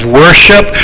worship